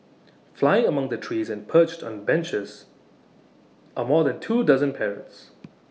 flying among the trees and perched on benches are more than two dozen parrots